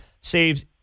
saves